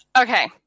Okay